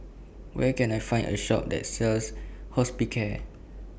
Where Can I Find A Shop that sells Hospicare